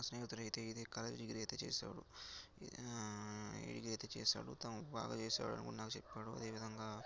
నా స్నేహితుడయితే ఇదే కాలేజీలో చేశాడు ఇదయితే చేశాడు తను బాగా చేశాడని నాకు చెప్పాడు అదేవిధంగా